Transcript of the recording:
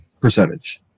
percentage